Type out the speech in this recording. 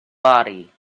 body